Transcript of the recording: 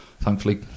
Thankfully